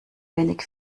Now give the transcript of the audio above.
wenig